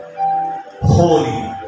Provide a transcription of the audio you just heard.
holy